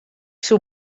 soe